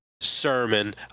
Sermon